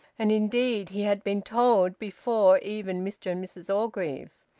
and indeed he had been told before even mr and mrs orgreave.